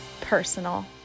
personal